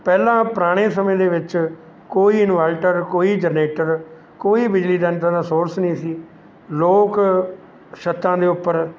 ਪਹਿਲਾਂ ਪੁਰਾਣੇ ਸਮੇਂ ਦੇ ਵਿੱਚ ਕੋਈ ਇੰਵਲਟਰ ਕੋਈ ਜਰਨੇਟਰ ਕੋਈ ਬਿਜਲੀ ਦਾ ਇੱਦਾਂ ਦਾ ਸੋਰਸ ਨਹੀਂ ਸੀ ਲੋਕ ਛੱਤਾਂ ਦੇ ਉੱਪਰ